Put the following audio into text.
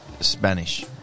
Spanish